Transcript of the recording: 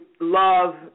love